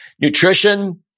nutrition